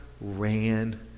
ran